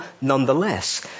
nonetheless